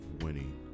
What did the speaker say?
winning